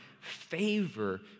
favor